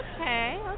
Okay